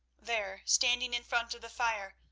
there, standing in front of the fire,